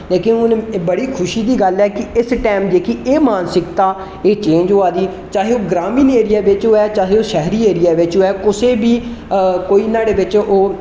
लेकिन हून बड़ी खुशी दी गल्ल ऐ कि इस टैम जेहकी एह् मानसिकता एह् चेंज होआ दी चाहे ओह् ग्रामीण एरिया बिच्च होऐ चाहे ओह् शैहरी एरिया बिच होऐ कुसै बी कोई नुआढ़े बिच हो और